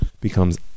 becomes